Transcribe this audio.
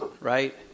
right